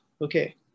Okay